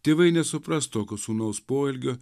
tėvai nesupras tokio sūnaus poelgio